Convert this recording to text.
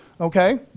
Okay